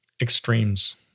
extremes